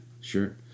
sure